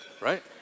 right